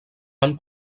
van